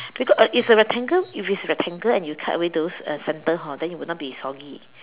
because uh it's a rectangle if it is rectangle and you cut away those centre hor then it would not be soggy